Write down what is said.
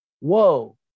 whoa